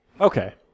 Okay